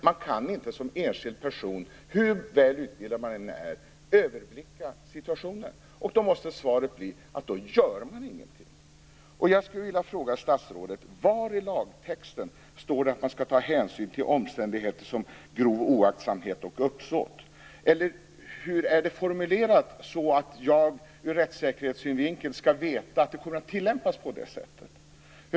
Man kan inte som enskild person, hur väl utbildad man än är, överblicka situationen. Och svaret måste bli att man då inte gör någonting. Jag skulle vilja fråga statsrådet: Var i lagtexten står det att man skall ta hänsyn till omständigheter som grov oaktsamhet och uppsåt? Hur är det formulerat, så att jag ur rättssäkerhetssynvinkel skall veta att det kommer att tillämpas på det sättet?